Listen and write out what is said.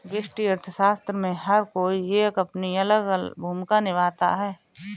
व्यष्टि अर्थशास्त्र में हर कोई एक अपनी अलग भूमिका निभाता है